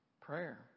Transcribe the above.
Prayer